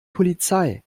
polizei